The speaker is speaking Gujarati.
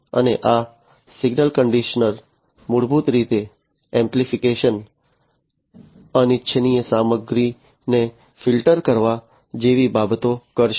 અને આ સિગ્નલ કંડિશનર મૂળભૂત રીતે એમ્પ્લીફિકેશન અનિચ્છનીય સામગ્રીને ફિલ્ટર કરવા જેવી બાબતો કરશે